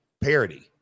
parody